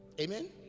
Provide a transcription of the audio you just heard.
Amen